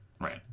Right